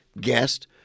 guest